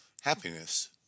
happiness